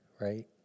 right